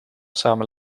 samen